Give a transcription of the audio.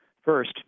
First